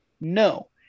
No